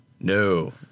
No